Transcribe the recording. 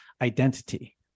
identity